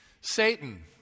Satan